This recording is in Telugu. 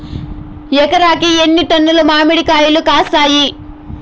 ఎకరాకి ఎన్ని టన్నులు మామిడి కాయలు కాస్తాయి?